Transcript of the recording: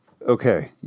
Okay